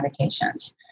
medications